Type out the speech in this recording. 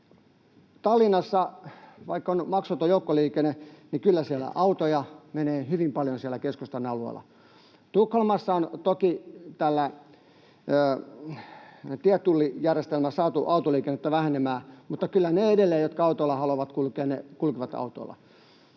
Tallinnassa, vaikka on maksuton joukkoliikenne, menee kyllä autoja hyvin paljon siellä keskustan alueella. Tukholmassa on toki tällä tietullijärjestelmällä saatu autoliikennettä vähenemään, mutta kyllä edelleen ne, jotka autoilla haluavat kulkea, kulkevat autoilla.